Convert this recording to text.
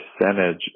percentage